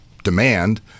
demand